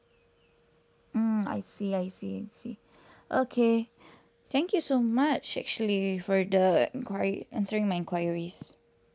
mm I see I see I see okay thank you so much actually for the enquiry answering my enquiries